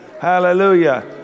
Hallelujah